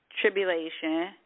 Tribulation